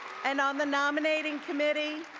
and on the nominating committee,